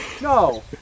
no